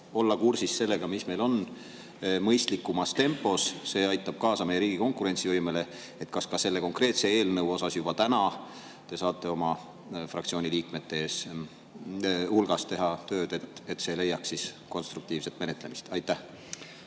olla kursis sellega, mis meil on, mõistlikumas tempos, see aitab kaasa meie riigi konkurentsivõimele. Kas ka selle konkreetse eelnõu asjus te saate juba täna teha oma fraktsiooni liikmete hulgas tööd, et see leiaks konstruktiivset menetlemist? Aitäh,